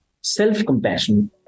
self-compassion